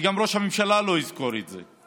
שגם ראש הממשלה לא יזכור את זה.